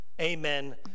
Amen